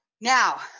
Now